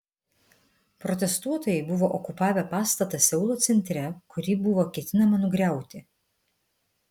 protestuotojai buvo okupavę pastatą seulo centre kurį buvo ketinama nugriauti